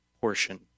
portion